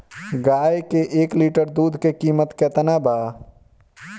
गाए के एक लीटर दूध के कीमत केतना बा?